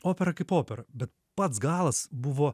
opera kaip opera bet pats galas buvo